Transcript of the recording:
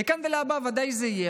מכאן ולהבא זה ודאי יהיה,